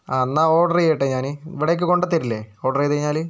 ആ എന്നാൽ ഓർഡർ ചെയ്യട്ടെ ഞാൻ ഇവിടേയ്ക്ക് കൊണ്ടുത്തരില്ലേ ഓർഡർ ചെയ്തു കഴിഞ്ഞാൽ